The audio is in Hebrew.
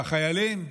והחיילים?